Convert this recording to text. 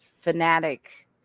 fanatic